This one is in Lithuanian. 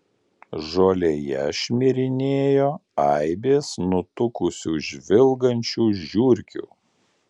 žolėje šmirinėjo aibės nutukusių žvilgančių žiurkių